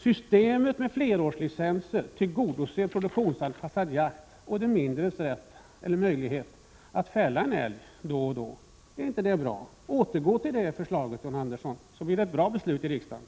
Systemet med flerårslicenser tillgodoser en produktionanpassad jakt och de mindre markägarnas intressen när det gäller deras rätt eller möjligheter att fälla någon älg då och då. Är inte det bra? Gå tillbaka till det förslaget, John Andersson, så blir det ett bra beslut i riksdagen!